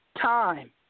time